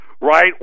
Right